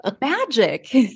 magic